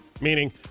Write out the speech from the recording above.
Meaning